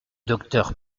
docteur